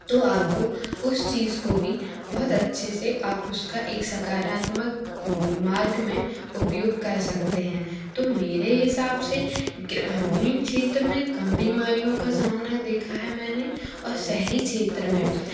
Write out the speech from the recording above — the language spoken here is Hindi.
तो आप को उस चीज़ को भी बहुत अच्छे से आप उसका एक सकारात्मक मार्ग में उपयोग कर सकते हैं तो मेरे हिसाब से ग्रामीण क्षेत्र में कम बीमारियों का सामना देखा है मैंने और शहरी क्षेत्र में